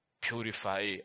purify